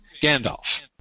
Gandalf